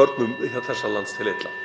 börnum þessa lands til heilla.